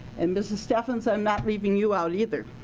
and mrs. stefens, i'm not leaving you out either.